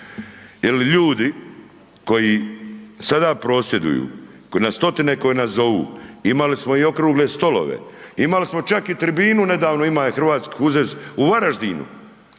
jer ljudi, koji sada prosvjeduju stotine koji nas zovu, imali smo okrugle stolove, imali smo čak i tribinu, nedavno, imaju u Hrvatsku …/Govornik